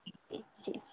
جی